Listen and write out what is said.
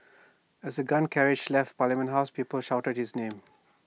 as the gun carriage left parliament house people shouted his name